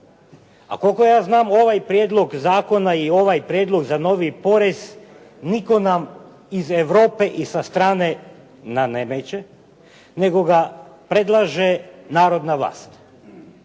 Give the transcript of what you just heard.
a koliko ja znam ovaj prijedlog zakona i ovaj prijedlog za novi porez nitko nam iz Europe i sa strane ne nameće nego ga predlaže narodna vlast.